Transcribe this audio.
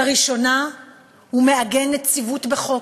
לראשונה הוא מעגן נציבות בחוק.